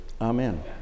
amen